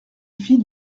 fit